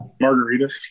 Margaritas